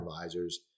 advisors